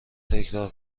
تکرار